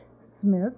Smith